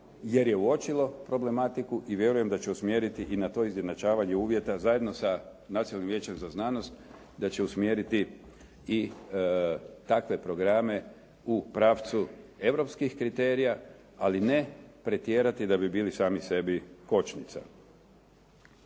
jer je uočilo problematiku i vjerujem da će usmjeriti i na to izjednačavanje uvjeta zajedno sa Nacionalnim vijećem za znanost da će usmjeriti i takve programe u pravcu europskih kriterija, ali ne pretjerati da bi bili sami sebi kočnica.